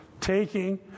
taking